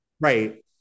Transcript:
Right